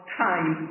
time